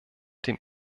dem